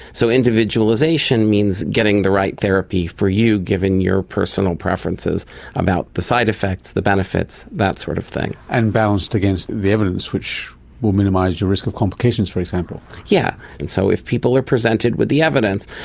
so individualisation means getting the right therapy for you given your personal preferences about the side-effects, the benefits, that sort of thing. and balanced against the evidence, which will minimise your risk of complications for example. yes. yeah and so if people are presented with the evidence,